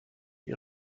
ihr